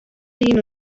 lin